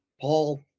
Paul